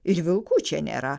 ir vilkų čia nėra